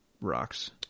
rocks